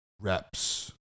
reps